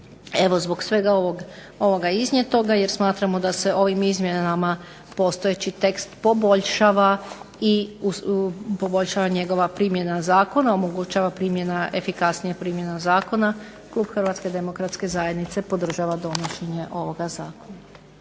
Evo zbog svega ovoga iznijetoga, jer smatramo da se ovim izmjenama postojeći tekst poboljšava i poboljšava njegova primjena zakona, omogućava primjena, efikasnija primjena zakona, klub Hrvatske demokratske zajednice podržava donošenje ovoga zakona.